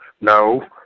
No